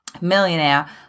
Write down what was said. millionaire